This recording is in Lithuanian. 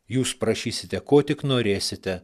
jūs prašysite ko tik norėsite